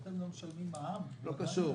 אתם לא משלמים מע"מ -- זה לא קשור,